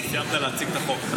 אחרי שסיימת להציג את החוק,